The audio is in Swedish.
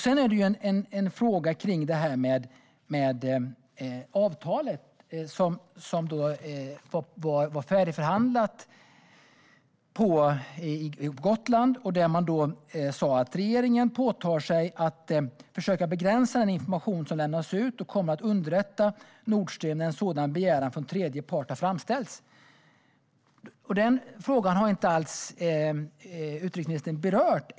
Vad gäller avtalet om Gotland, som var färdigförhandlat, sa man att regeringen tar på sig att försöka begränsa den information som lämnas ut och kommer att underrätta Nord Stream när en sådan begäran från tredje part har framställts. Denna fråga har utrikesministern inte alls berört.